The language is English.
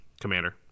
commander